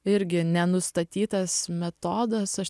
irgi nenustatytas metodas aš